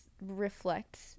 reflect